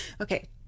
okay